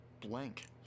blank